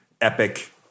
epic